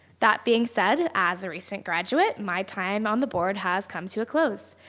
that being said, as a recent graduate, my time on the board has come to a close.